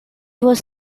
was